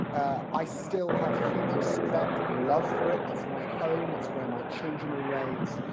i still have huge respect and love for it, it's my home, it's where my children are raised,